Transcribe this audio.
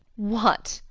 what?